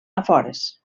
afores